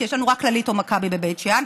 כי יש לנו רק כללית או מכבי בבית שאן,